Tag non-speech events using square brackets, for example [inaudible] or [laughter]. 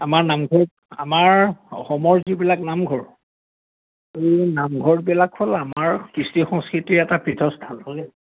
আমাৰ নামঘৰ আমাৰ অসমৰ যিবিলাক নামঘৰ এই নামঘৰবিলাক হ'ল আমাৰ কৃষ্টি সংস্কৃতিৰ এটা [unintelligible]